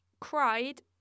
cried